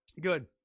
Good